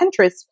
Pinterest